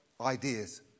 ideas